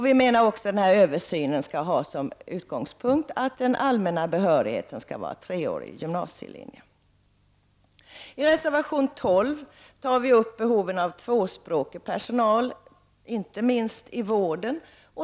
Vi menar att översynen skall ha som utgångspunkt att den allmänna behörigheten skall vara treårig gymnasielinje. I reservation 12 tar vi upp behovet av tvåspråkig personal, inte minst i vården.